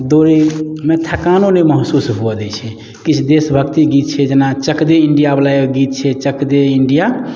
दौड़ैमे थकानो नहि महसूस हुअ दै छै किछु देशभक्ति गीत छै जेना चक दे इण्डिया बला एगो गीत छै चक दे इण्डिया